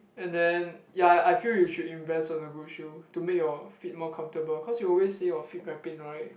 and then ya I I feel you should invest on a good shoe to make your feet more comfortable cause you always say your feet very pain right